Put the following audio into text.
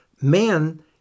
man